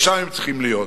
ושם הן צריכות להיות.